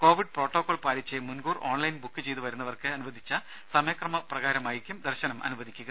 Covid protocol പാലിച്ച് മുൻകൂർ online book ചെയ്ത് വരുന്നവർക്ക് അനുവദിച്ച സമയക്രമ പ്രകാരമായിരിക്കും ദർശനം അനുവദിക്കുക